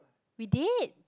we did